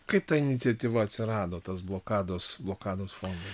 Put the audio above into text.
kaip ta iniciatyva atsirado tas blokados blokados fondas